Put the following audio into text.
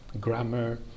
grammar